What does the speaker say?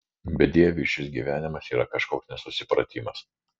bedieviui šis gyvenimas yra kažkoks nesusipratimas